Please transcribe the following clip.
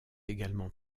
également